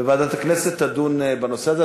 וועדת הכנסת תדון בנושא הזה.